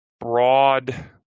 broad